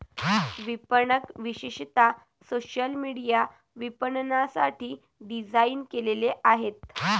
विपणक विशेषतः social media विपणनासाठी डिझाइन केलेले आहेत